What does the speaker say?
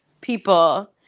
people